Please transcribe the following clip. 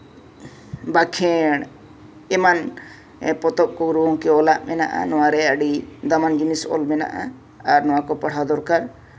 ᱵᱟᱠᱷᱮᱲ ᱮᱢᱟᱱ ᱯᱚᱛᱚᱵ ᱠᱚ ᱜᱩᱨᱩ ᱜᱚᱢᱠᱮ ᱚᱞᱟᱜ ᱢᱮᱱᱟᱜᱼᱟ ᱱᱚᱣᱟᱨᱮ ᱟᱹᱰᱤ ᱫᱟᱢᱟᱱ ᱡᱤᱱᱤᱥ ᱚᱞ ᱢᱮᱱᱟᱜᱼᱟ ᱟᱨ ᱱᱚᱣᱟ ᱠᱚ ᱯᱟᱲᱦᱟᱣ ᱫᱚᱨᱠᱟᱨ